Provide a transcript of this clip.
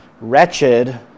wretched